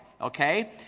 okay